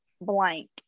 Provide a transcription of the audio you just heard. blank